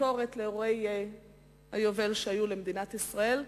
הביקורת על אירועי היובל שהיו למדינת ישראל,